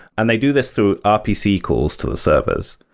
and they do this through rpc calls to the servers.